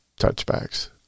touchbacks